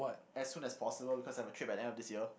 as soon as possible because I have a trip at the end of this year